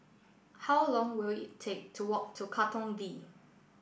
how long will it take to walk to Katong V